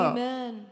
Amen